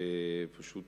שפשוט